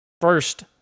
first